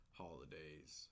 holidays